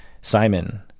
Simon